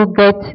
get